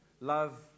Love